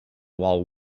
while